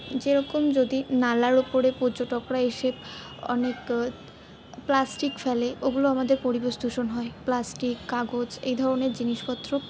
যে রকম যদি নালার ওপরে পর্যটকরা এসে অনেক প্লাস্টিক ফেলে ওগুলো আমাদের পরিবেশ দূষণ হয় প্লাস্টিক কাগজ এই ধরনের জিনিসপত্র